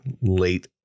late